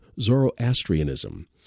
Zoroastrianism